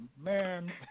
man